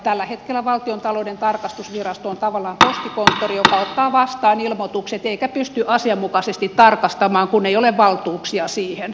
tällä hetkellä valtiontalouden tarkastusvirasto on tavallaan postikonttori joka ottaa vastaan ilmoitukset eikä pysty asianmukaisesti tarkastamaan kun ei ole valtuuksia siihen